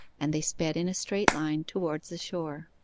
and they sped in a straight line towards the shore.